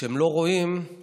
כשהם לא רואים את